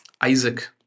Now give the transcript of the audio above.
Isaac